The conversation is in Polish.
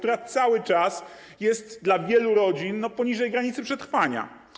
To cały czas jest dla wielu rodzin poniżej granicy przetrwania.